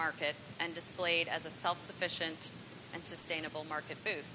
market and displayed as a self sufficient and sustainable market food